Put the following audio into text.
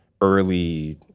early